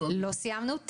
לא סיימנו.